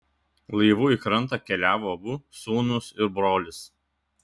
laivu į krantą keliavo abu sūnūs ir brolis